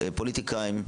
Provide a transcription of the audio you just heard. פוליטיקאים,